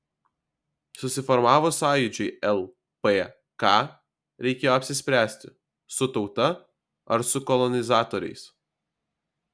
susiformavus sąjūdžiui lpk reikėjo apsispręsti su tauta ar su kolonizatoriais